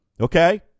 Okay